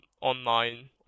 online